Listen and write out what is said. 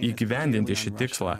įgyvendinti šį tikslą